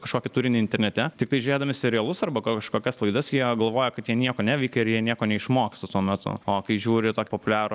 kažkokį turinį internete tiktai žiūrėdami serialus arba kažkokias laidas jie galvoja kad jie nieko neveikia ir jie nieko neišmoksta tuo metu o kai žiūri tokį populiarų